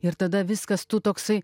ir tada viskas tu toksai